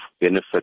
benefit